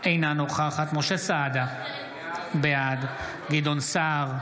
אינה נוכחת משה סעדה, בעד גדעון סער,